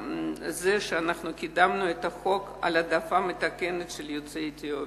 ואנחנו קידמנו את החוק להעדפה מתקנת של יוצאי אתיופיה,